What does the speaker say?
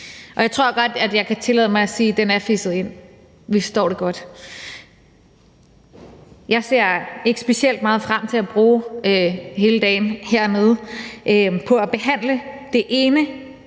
Jeg tror godt, jeg kan tillade mig at sige, at den er feset ind. Vi forstår det godt. Jeg ser ikke specielt meget frem til at bruge hele dagen hernede på at behandle det ene